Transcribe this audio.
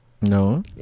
No